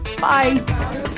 Bye